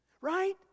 Right